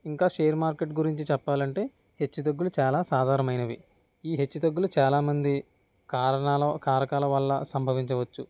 ఇంకా share market గురించి చెప్పాలంటే హెచ్చుతగ్గులు చాలా సాధారణమైనవి ఈ హెచ్చుతగ్గులు చాలామంది కారణాల కారకాల వల్ల సంభవించవచ్చు